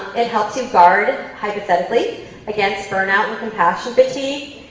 it helps you guard hypothetically against burnout and compassion fatigue.